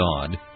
God